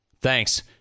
Thanks